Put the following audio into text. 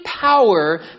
power